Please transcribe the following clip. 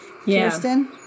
Kirsten